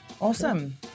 awesome